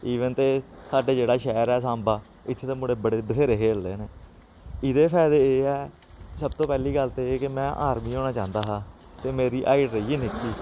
even ते साढ़ा जेह्ड़ा शैह्र ऐ साम्बा इत्थै ते मुड़े बड़े बत्हेरे खेलदे न एह्दे फायदे एह् ऐ सब तूं पैह्ली गल्ल ते एह् कि में आर्मी होना चांह्दा हा ते मेरी हाइट रेही गेई निक्की